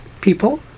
people